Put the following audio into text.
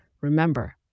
Remember